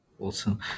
Awesome